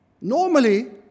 Normally